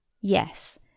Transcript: Yes